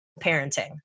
parenting